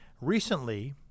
recently